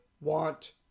want